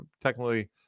Technically